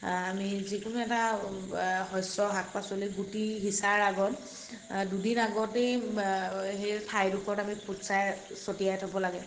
আমি যিকোনো এটা শস্যৰ শাক পাচলিৰ গুটি সিচাৰ আগত দুদিন আগতেই সেই ঠাইডোখৰত আমি ফুটছাঁই ছটিয়াই থ'ব লাগে